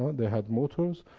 they had motors,